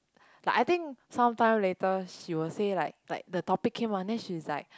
like I think sometime later she will say like like the topic came out then she's like